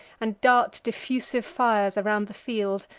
and dart diffusive fires around the field,